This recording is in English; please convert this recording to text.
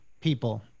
people